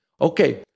okay